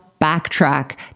backtrack